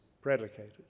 predicated